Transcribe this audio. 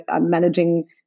managing